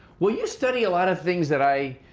well you study a lot of things that i,